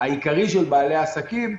העיקרית של בעלי העסקים.